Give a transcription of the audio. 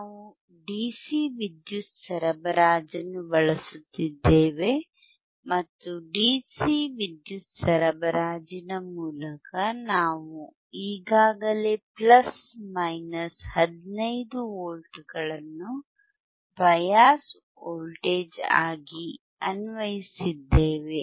ನಾವು ಡಿಸಿ ವಿದ್ಯುತ್ ಸರಬರಾಜನ್ನು ಬಳಸುತ್ತಿದ್ದೇವೆ ಮತ್ತು ಡಿಸಿ ವಿದ್ಯುತ್ ಸರಬರಾಜಿನ ಮೂಲಕ ನಾವು ಈಗಾಗಲೇ ಪ್ಲಸ್ ಮೈನಸ್ 15 ವೋಲ್ಟ್ಗಳನ್ನು ಬಯಾಸ್ ವೋಲ್ಟೇಜ್ ಆಗಿ ಅನ್ವಯಿಸಿದ್ದೇವೆ